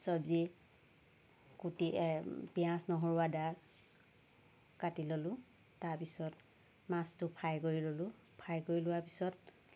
চব্জি কুটি পিঁয়াজ নহৰু আদা কাটি ল'লোঁ তাৰ পিছত মাছটো ফ্ৰাই কৰি ল'লোঁ ফ্ৰাই কৰি লোৱাৰ পিছত